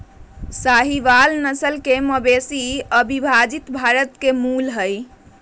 साहीवाल नस्ल के मवेशी अविभजित भारत के मूल हई